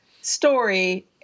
story